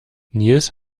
nils